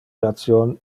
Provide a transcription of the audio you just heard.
ration